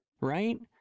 Right